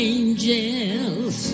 Angels